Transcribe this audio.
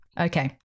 Okay